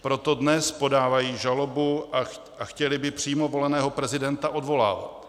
Proto dnes podávají žalobu a chtěli by přímo voleného prezidenta odvolávat.